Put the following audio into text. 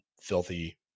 filthy